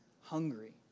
hungry